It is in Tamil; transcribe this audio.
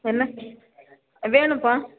என்ன வேணும்ப்பா